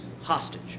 hostage